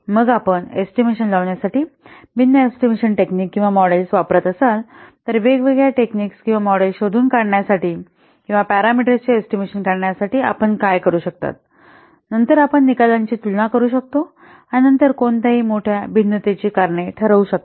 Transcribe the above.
मग आपण एस्टिमेशन लावण्यासाठी भिन्न एस्टिमेशन टेक्निक किंवा मॉडेल्स वापरत असाल तर वेगवेगळ्या टेक्निक स किंवा मॉडेल्स शोधून काढण्यासाठी किंवा पॅरामीटर्सचे एस्टिमेशन काढण्यासाठी आपण काय करू शकता नंतर आपण निकालांची तुलना करू शकता आणि नंतर कोणत्याही मोठ्या भिन्नतेची कारणे ठरवू शकता